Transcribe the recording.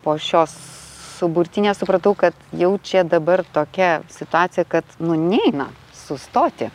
po šios suburtynės supratau kad jau čia dabar tokia situacija kad nu neina sustoti